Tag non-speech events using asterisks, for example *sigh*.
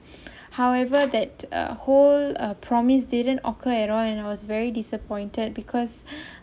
however that ah whole uh promise didn't occur at all and I was very disappointed because *breath*